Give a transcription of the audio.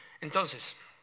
Entonces